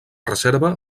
reserva